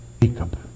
Jacob